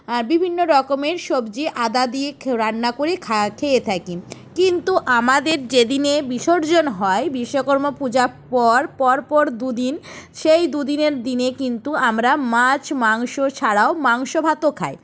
আর বিভিন্ন রকমের সবজি আদা দিয়ে খো রান্না করে খা খেয়ে থাকি কিন্তু আমাদের যে দিনে বিসর্জন হয় বিশ্বকর্মা পূজা পর পর পর দুদিন সেই দুদিনের দিনে কিন্তু আমরা মাছ মাংস ছাড়াও মাংস ভাতও খায়